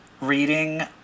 reading